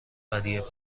ودیعه